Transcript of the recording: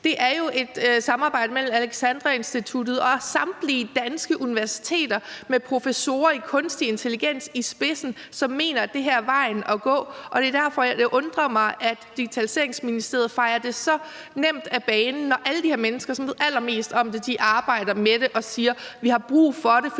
det er jo et samarbejde mellem Alexandra Instituttet og samtlige danske universiteter med professorer i kunstig intelligens i spidsen, som mener, at det her er vejen at gå. Og det er derfor, at det undrer mig, at Digitaliseringsministeriet så nemt fejer det af banen, når alle de her mennesker, som ved allermest om det og arbejder med det, siger: Vi har brug for det,